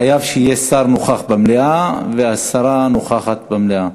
חייב להיות שר נוכח במליאה, והשרה נוכחת במליאה.